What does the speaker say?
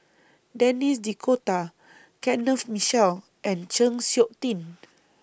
Denis D'Cotta Kenneth Mitchell and Chng Seok Tin